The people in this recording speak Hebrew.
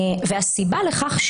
והסיבה לכך,